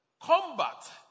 combat